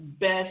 best